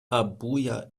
abuja